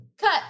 Cut